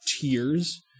tears